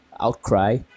outcry